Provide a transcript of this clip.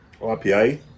IPA